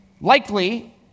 likely